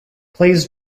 plays